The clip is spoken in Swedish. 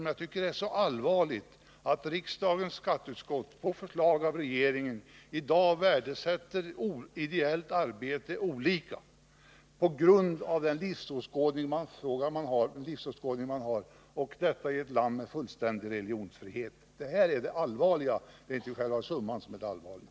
Jag tycker det är allvarligt att riksdagens skatteutskott, på förslag av regeringen, i dag värdesätter ideellt arbete olika, beroende på vilken livsåskådning man har, och detta dessutom i ett land med fullständig religionsfrihet. Det är det här som är det allvarliga; det är inte själva summan som är det allvarliga.